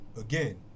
Again